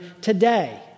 Today